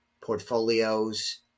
portfolios